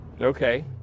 Okay